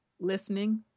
Listening